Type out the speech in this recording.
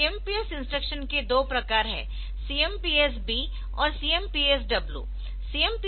CMPS instruction के दो प्रकार है CMPS B और CMPS W